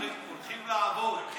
הולכים לעבוד.